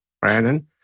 Brandon